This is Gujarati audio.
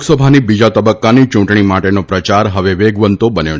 લોકસભાની બીજા તબક્કાની ચૂંટણી માટેનો પ્રચાર હવે વેગવંતો બન્યો છે